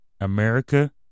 America